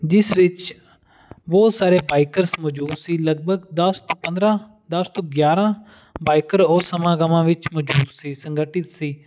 ਜਿਸ ਵਿੱਚ ਬਹੁਤ ਸਾਰੇ ਬਾਈਕਰਸ ਮੌਜੂਦ ਸੀ ਲਗਭਗ ਦਸ ਤੋਂ ਪੰਦਰ੍ਹਾਂ ਦਸ ਤੋਂ ਗਿਆਰ੍ਹਾਂ ਬਾਈਕਰ ਉਹ ਸਮਾਗਮਾਂ ਵਿੱਚ ਮੌਜੂਦ ਸੀ ਸੰਗਠਿਤ ਸੀ